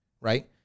right